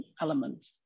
element